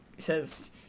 says